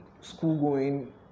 school-going